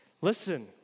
Listen